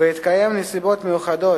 בהתקיים נסיבות מיוחדות,